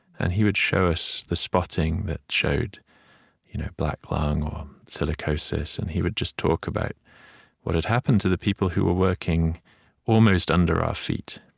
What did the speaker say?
and he would show us the spotting that showed you know black lung or silicosis, and he would just talk about what had happened to the people who were working almost under our feet.